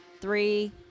three